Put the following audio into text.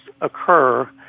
occur